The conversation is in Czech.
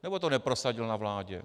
Nebo to neprosadil na vládě?